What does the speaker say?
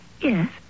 Yes